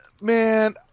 man